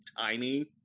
tiny